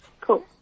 Cool